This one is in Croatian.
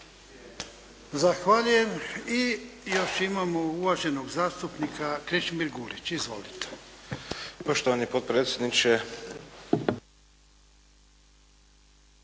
Zahvaljujem. I još imamo uvaženog zastupnika Krešimir Gulić. Izvolite. **Gulić, Krešimir